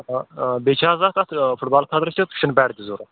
آ بیٚیہِ چھِ حظ اتھ اَتھ فُٹ بال خٲطرٕ تہِ چھُ شِن پَیڑ تہِ ضوٚرَتھ